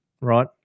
right